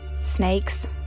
Snakes